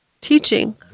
teaching